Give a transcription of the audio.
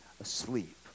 asleep